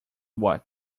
watt